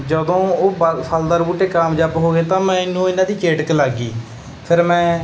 ਜਦੋਂ ਉਹ ਬਲ ਫਲਦਾਰ ਬੂਟੇ ਕਾਮਯਾਬ ਹੋ ਗਏ ਤਾਂ ਮੈਨੂੰ ਇਹਨਾਂ ਦੀ ਚੇਟਕ ਲੱਗ ਗਈ ਫਿਰ ਮੈਂ